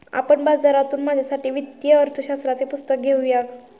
आपण बाजारातून माझ्यासाठी वित्तीय अर्थशास्त्राचे पुस्तक घेऊन या